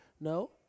no